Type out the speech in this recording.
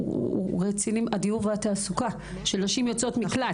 עניין הדיור והתעסוקה של נשים יוצאות מקלט.